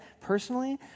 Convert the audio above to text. personally